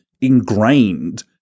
ingrained